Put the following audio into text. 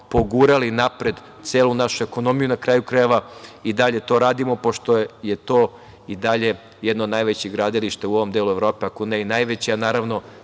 pogurali napred celu našu ekonomiju. Na kraju krajeva, i dalje to radimo pošto je to i dalje jedno od najvećih gradilišta u ovom delu Evrope, ako ne i najveća. Naravno,